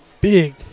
big